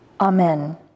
Amen